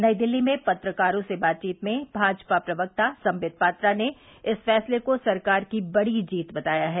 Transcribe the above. नई दिल्ली में पत्रकारों से बातचीत में भाजपा प्रवक्ता संबित पात्रा ने इस फैसले को सरकार की बड़ी जीत बताया है